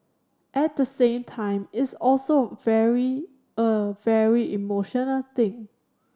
at the same time it's also very a very emotional thing